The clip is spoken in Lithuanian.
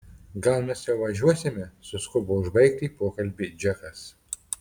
gal mes jau važiuosime suskubo užbaigti pokalbį džekas